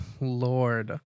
Lord